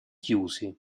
chiusi